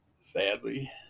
Sadly